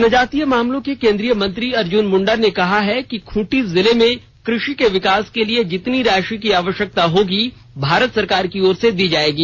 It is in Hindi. जनजातीय मामलों के केंद्रीय मंत्री अर्जुन मुंडा ने कहा कि खूंटी जिले में कृषि के विकास के लिए जितनी राशि की आवश्यकता होगी भारत सरकार की ओर से दी जाएगी